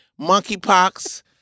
Monkeypox